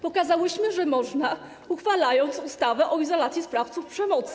Pokazałyśmy, że można, uchwalając ustawę o izolacji sprawców przemocy.